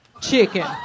chicken